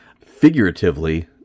figuratively